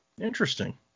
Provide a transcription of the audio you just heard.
interesting